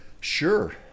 Sure